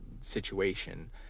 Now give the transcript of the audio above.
situation